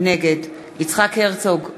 נגד יצחק הרצוג,